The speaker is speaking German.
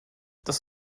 das